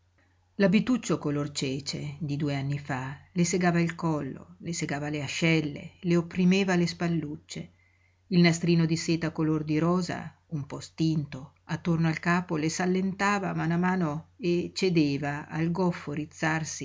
toccava l'abituccio color cece di due anni fa le segava il collo le segava le ascelle le opprimeva le spallucce il nastrino di seta color di rosa un po stinto attorno al capo le s'allentava a mano a mano e cedeva al goffo rizzarsi